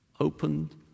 opened